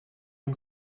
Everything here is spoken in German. und